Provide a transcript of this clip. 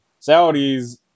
Saudis